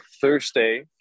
Thursday